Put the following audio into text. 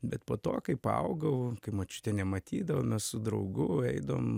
bet po to kai paaugau kai močiutė nematydavo mes su draugu eidavom